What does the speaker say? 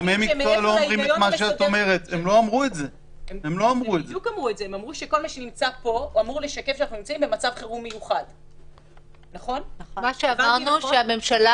אני לא מבין מה ההבדל בין רואי חשבון או מנהלי